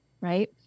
right